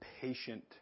patient